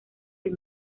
del